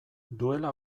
duela